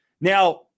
now